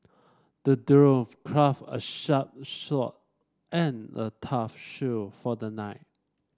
the dwarf crafted a sharp sword and a tough shield for the knight